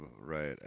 right